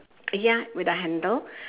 ya with a handle